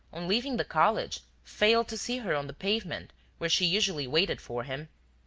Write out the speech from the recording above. on leaving the college, failed to see her on the pavement where she usually waited for him.